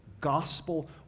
gospel